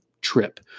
trip